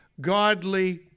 godly